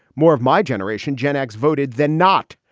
more of my generation gen x voted than not.